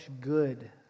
good